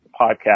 podcast